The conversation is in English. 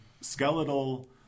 skeletal